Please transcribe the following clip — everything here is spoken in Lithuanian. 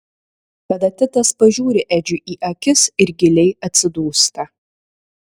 tada titas pažiūri edžiui į akis ir giliai atsidūsta